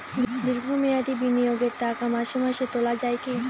দীর্ঘ মেয়াদি বিনিয়োগের টাকা মাসে মাসে তোলা যায় কি?